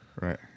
Right